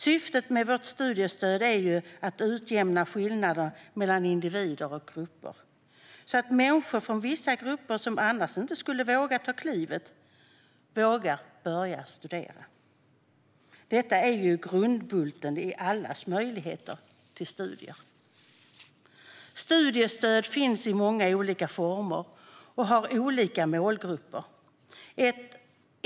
Syftet med vårt studiestöd är ju att utjämna skillnader mellan individer och grupper, så att människor från vissa grupper som annars inte skulle våga ta klivet vågar börja studera. Detta är grundbulten i allas möjligheter till studier. Studiestöd finns i många olika former och har olika målgrupper.